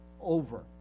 over